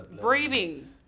breathing